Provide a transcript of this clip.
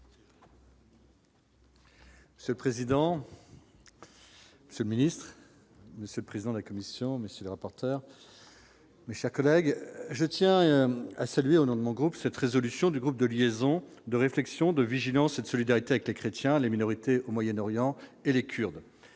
minutes. Ce président c'est le Ministre, monsieur le président de la Commission, monsieur le rapporteur, mais sa collègue, je tiens à saluer, au nom de mon groupe, cette résolution du Groupe de liaison de réflexions de vigilance et de solidarité avec les chrétiens, les minorités au Moyen-Orient et les Kurdes,